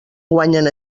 guanyen